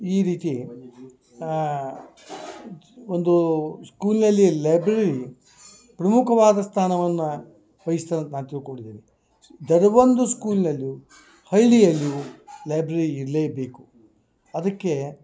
ಈ ರೀತಿ ಒಂದೂ ಸ್ಕೂಲಿನಲ್ಲಿ ಲೈಬ್ರೆರಿ ಪ್ರಮುಖವಾದ ಸ್ಥಾನವನ್ನ ವೈಹಿಸ್ದಂತ ನಾ ತಿಳ್ಕೊಂಡಿದ್ದೀನಿ ಒಂದು ಸ್ಕೂಲ್ನಲ್ಲು ಹಲ್ಲಿಯಲ್ಲು ಲೈಬ್ರೆರಿ ಇರಲೇ ಬೇಕು ಅದಕ್ಕೆ